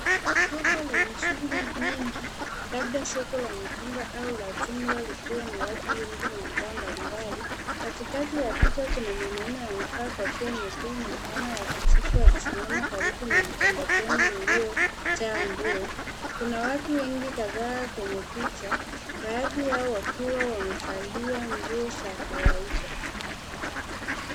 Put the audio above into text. Soko lenye shughuli nyingi labda soko la mitumba au la jumla likiwa na watu wengi na bidhaa mbalimbali. Katikati ya picha kuna mwanaume amevaa kofia nyekundu na fulana ya kijivu akisimama karibu na mkokoteni uliojaa nguo. Kuna watu wengi kadhaa kwenye picha baadhi yao wakiwa wamevalia nguo za kawaida.